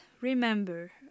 remember